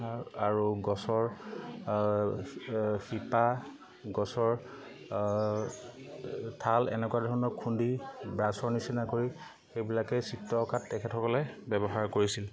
আৰু গছৰ শিপা গছৰ থাল এনেকুৱা ধৰণৰ খুন্দি ব্ৰাছৰ নিচিনা কৰি সেইবিলাকেই চিত্ৰ অঁকাত তেখেতসবলে ব্যৱহাৰ কৰিছিল